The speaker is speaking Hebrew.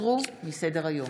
הוסרו מסדר-היום.